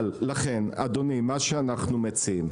אבל לכן, אדוני, מה שאנחנו מציעים.